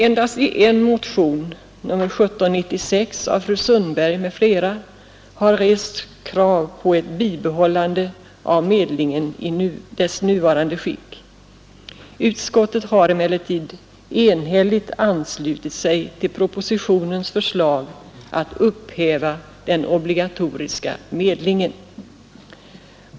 Endast i en motion, nr 1796 av fru Sundberg m.fl., har krav rests på ett bibehållande av medlingen i dess nuvarande skick. Utskottet har emellertid enhälligt anslutit sig till propositionens förslag att upphäva den obligatoriska medlingen.